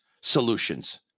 solutions